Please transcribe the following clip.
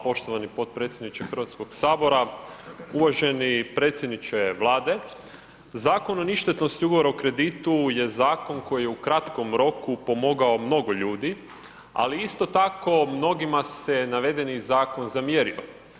Hvala poštovani potpredsjedniče HS, uvaženi predsjedniče Vlade, Zakon o ništetnosti ugovora o kreditu je zakon koji je u kratkom roku pomogao mnogo ljudi, ali isto tako mnogima se navedeni zakon zamjerio.